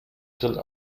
grill